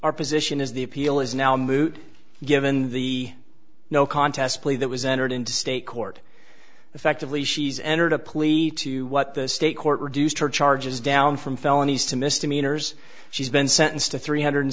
our position is the appeal is now moot given the no contest plea that was entered into state court effectively she's entered a plea to what the state court reduced her charges down from felonies to misdemeanors she's been sentenced to three hundred